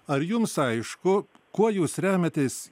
ar jums aišku kuo jūs remiatės